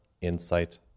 insight